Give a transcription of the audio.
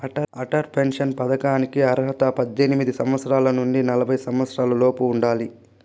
Atal pension పథకానికి అర్హతగా పద్దెనిమిది సంవత్సరాల నుండి నలభై సంవత్సరాలలోపు ఉండాలి